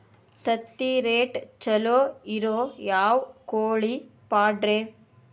ತತ್ತಿರೇಟ್ ಛಲೋ ಇರೋ ಯಾವ್ ಕೋಳಿ ಪಾಡ್ರೇ?